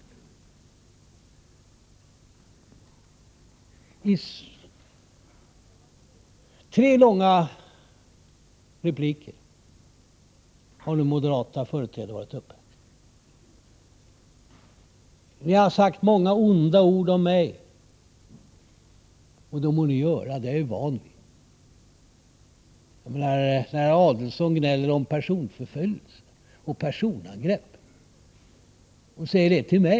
I tre långa repliker har moderata företrädare nu varit uppe i debatten. Ni har sagt många onda ord om mig — det må ni göra, det är jag van vid. När herr Adelsohn till mig riktar gnäll om personförföljelse och personangrepp.